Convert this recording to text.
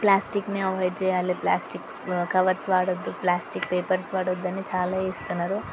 పాస్టిక్ని avoid చేయాలి plastic covers వాడవద్దు plastic papers వాడొద్దని చాలా చేస్తున్నారు